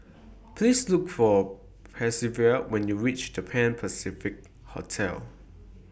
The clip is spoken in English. Please Look For Percival when YOU REACH The Pan Pacific Hotel